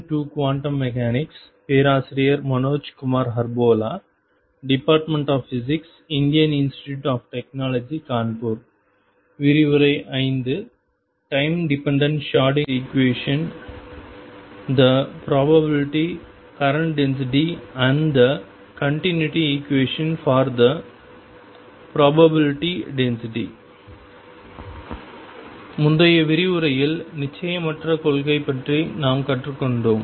time dependent Schrödinger equation the probability current density and the continuity equation for the probability density முந்தைய விரிவுரையில் நிச்சயமற்ற கொள்கை பற்றி நாம் கற்றுக்கொண்டோம்